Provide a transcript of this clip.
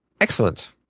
Excellent